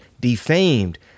defamed